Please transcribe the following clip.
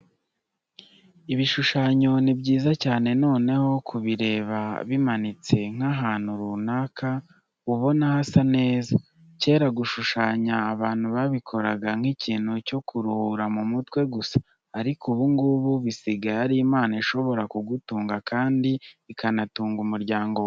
Ibishushanyo ni byiza cyane, noneho kubireba bimanitse nk'ahantu runaka uba ubona hasa neza. Kera gushushanya abantu babikoraga nk'ikintu cyo kuruhura mu mutwe gusa, ariko ubu ngubu bisigaye ari impano ishobora kugutunga kandi ikanatunga umuryango wawe.